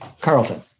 Carlton